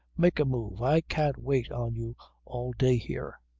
make a move. i can't wait on you all day here.